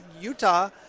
Utah—